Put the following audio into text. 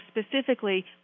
specifically